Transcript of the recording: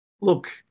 look